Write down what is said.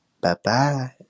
Bye-bye